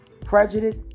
prejudice